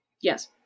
Yes